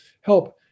help